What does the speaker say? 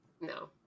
no